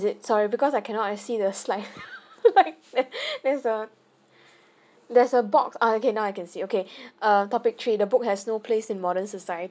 is it sorry because I cannot I see the slide right there there's a there's a box oh okay now I can see okay err topic three the book has no place in modern society